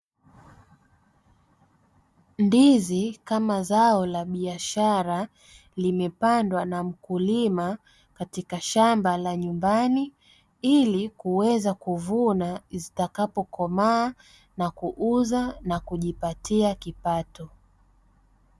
Ndizi kama zao la biashara limepandwa na mkulima katika shamba la nyumbani ili kuweza kuvuna zitakapokomaa na kuuza na kujipatia kipato.